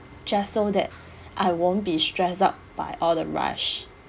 just so that I won't be stressed out by all the rush